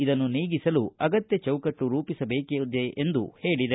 ಇದನ್ನು ನೀಗಿಸಲು ಅಗತ್ಯ ಚೌಕಟ್ಟು ರೂಪಿಸಬೇಕಿದೆ ಎಂದು ಹೇಳಿದೆ